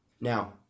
Now